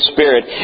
Spirit